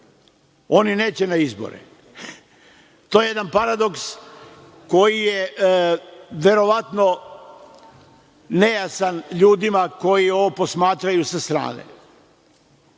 oni neće na izbore. To je jedan paradoks koji je verovatno nejasan ljudima koji ovo posmatraju sa strane. Oni